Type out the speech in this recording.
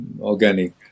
organic